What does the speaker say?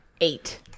Eight